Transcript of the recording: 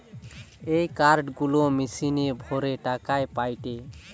এ card গুলা মেশিনে ভরে টাকা পায়টে